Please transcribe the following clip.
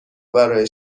قدرت